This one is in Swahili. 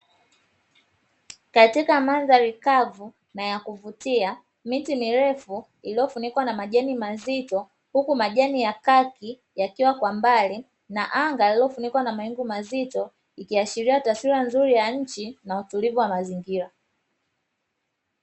Katika mandhari kavu na ya kuvutia miti mirefu iliyo funikwa na majani mazito, huku majani ya kaki yakiwa kwa mbali na anga lililo funikwa na mawingu mazito ikiashiria taswira nzuri ya nchi na utulivu wa mazingira.